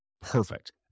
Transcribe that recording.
perfect